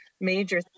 major